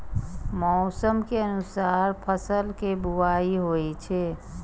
मौसम के अनुसार फसल के बुआइ होइ छै